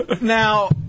now